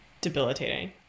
debilitating